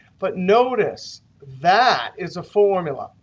but notice that is a formula.